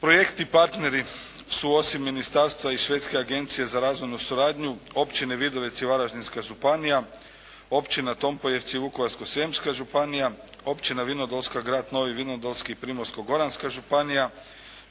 Projektni partneri su osim ministarstva i Švedske agencije za razvoju suradnju Općine Vidovec i Varaždinska županija, Općina Tompojevci i Vukovarsko-srijemska županija, Općina Vinodolska, grad Novi Vinodolski i Primorsko-goranska županija